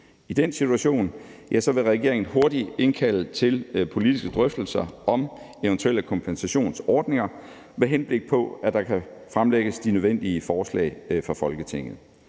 I den situation vil regeringen hurtigt indkalde til politiske drøftelser om eventuelle kompensationsordninger, med henblik på at der kan fremlægges de nødvendige forslag for Folketinget.